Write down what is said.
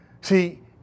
See